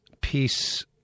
peace